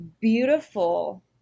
beautiful